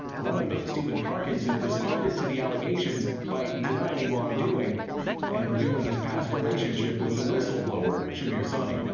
one of them, stephen parkinson, responded to the allegations by denying wrongdoing and revealing his past relationship with the whistleblower shahmir sanni.